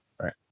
Right